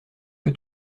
que